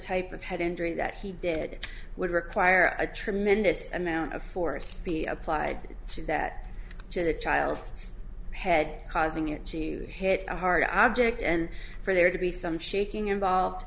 type of head injury that he did would require a tremendous amount of force be applied to that to the child's head causing it to hit a hard object and for there to be some shaking involved